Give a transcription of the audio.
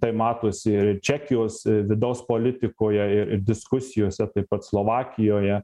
tai matosi ir čekijos vidaus politikoje ir ir diskusijose taip pat slovakijoje